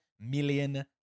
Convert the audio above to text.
million